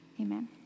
Amen